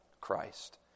Christ